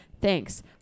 thanks